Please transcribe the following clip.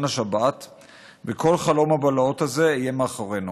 השבת וכל חלום הבלהות הזה יהיה מאחורינו.